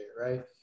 right